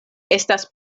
estas